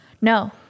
No